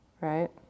right